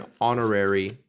honorary